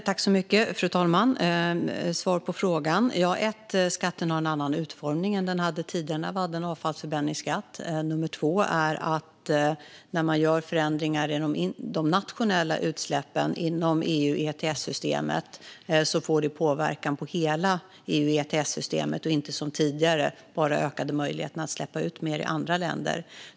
Fru talman! Svaret på frågan är: Skatten har en annan utformning än den hade tidigare när vi hade en avfallsförbränningsskatt. När man gör förändringar i de nationella utsläppen inom EU ETS-systemet får det påverkan på hela EU ETS-systemet och inte som tidigare att det bara ökade möjligheten att släppa ut mer i andra länder.